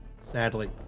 sadly